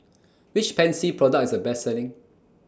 Which Pansy Product IS The Best Selling